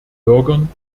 bürgern